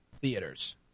theaters